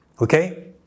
Okay